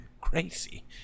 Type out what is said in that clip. crazy